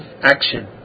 action